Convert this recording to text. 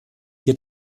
hier